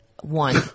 One